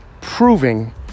proving